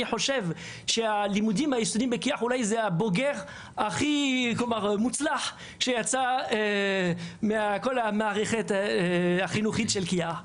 אני חושב שזה אולי הבוגר הכי מוצלח שיצא מכל המערכת החינוכית של כי"ח.